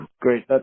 Great